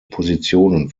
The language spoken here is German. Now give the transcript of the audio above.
positionen